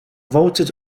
voted